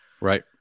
Right